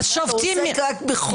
הוא עוסק רק בחוק.